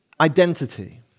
identity